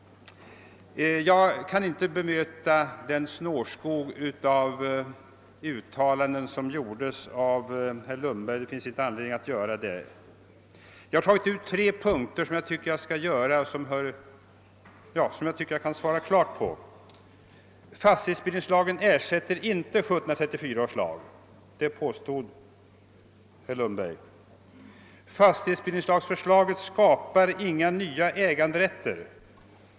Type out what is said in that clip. Jag kan inte bemöta den snårskog av uttalanden som herr Lundberg gjorde, och det finns inte heller anledning att göra det. Jag har emellertid tagit ut tre punkter, som jag anser mig kunna svara klart på. Fastighetsbildningslagen ersätter inte 1734 års lag; det påstod herr Lundberg. Förslaget till fastighetsbildningslag skapar inga nya äganderätter.